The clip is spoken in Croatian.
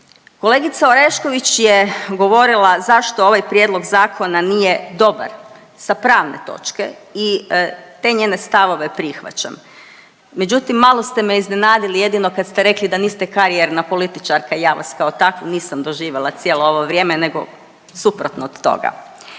Kolegica Orešković je govorila zašto ovaj prijedlog zakona nije dobar sa pravne točke i te njene stavove prihvaćam, međutim malo ste me iznenadili jedino kad ste rekli da niste karijerna političarka. Ja vas kao takvu nisam doživjela cijelo ovo vrijeme nego suprotno od toga.